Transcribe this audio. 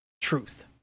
truth